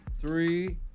three